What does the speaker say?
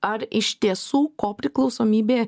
ar iš tiesų kopriklausomybė